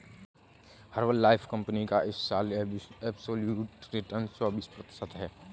Herbalife company का इस साल एब्सोल्यूट रिटर्न चौबीस प्रतिशत है